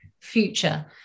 future